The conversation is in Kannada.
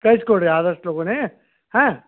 ಕಳ್ಸಿ ಕೊಡಿರಿ ಆದಷ್ಟು ಲಗೂನೇ ಹಾಂ